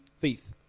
Faith